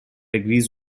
agrees